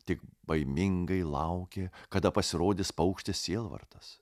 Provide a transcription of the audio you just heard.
tik baimingai laukė kada pasirodys paukštis sielvartas